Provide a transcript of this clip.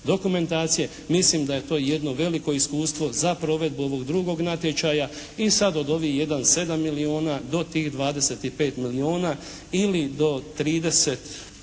dokumentacije. Mislim da je to jedno veliko iskustvo za provedbu ovog drugog natječaja i sad od ovih jedan 7 milijona do tih 25 milijona ili do 31. ili